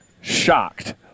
shocked